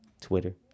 Twitter